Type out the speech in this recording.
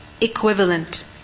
Equivalent